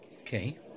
Okay